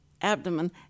abdomen